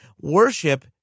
Worship